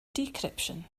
decryption